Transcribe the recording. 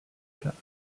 death